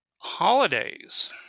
holidays